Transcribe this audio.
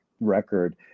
record